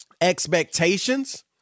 expectations